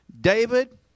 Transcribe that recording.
david